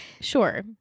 sure